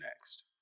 next